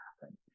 happen